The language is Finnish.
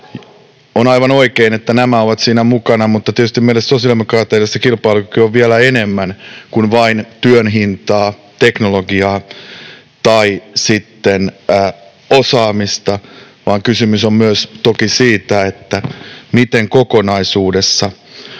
On aivan oikein, että nämä ovat siinä mukana. Mutta tietysti meille sosiaalidemokraateille se kilpailukyky on vielä enemmän kuin vain työn hintaa, teknologiaa tai osaamista. Kysymys on toki myös siitä, miten kokonaisuudessaan